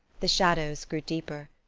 the shadows grew deeper.